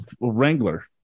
Wrangler